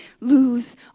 lose